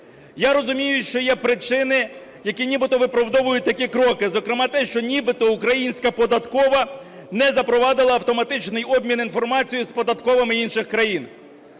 Я розумію, що є причини, які нібито виправдовують такі кроки, зокрема, те, що нібито українська податкова не запровадила автоматичний обмін інформацією з податковими інших країн.